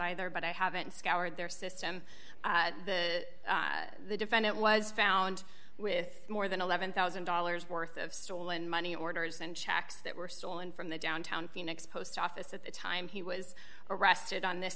either but i haven't scoured their system that the defendant was found with more than eleven thousand dollars worth of stolen money orders and checks that were stolen from the downtown phoenix post office at the time he was arrested on this